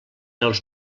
els